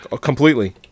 completely